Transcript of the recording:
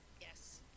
Yes